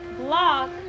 block